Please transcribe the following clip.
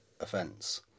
offence